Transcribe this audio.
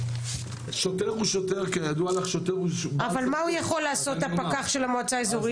מה יכול לעשות הפקח של המועצה האזורית?